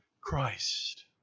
Christ